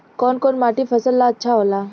कौन कौनमाटी फसल ला अच्छा होला?